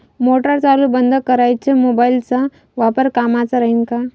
Motor चालू बंद कराच मोबाईलचा वापर कामाचा राहीन का?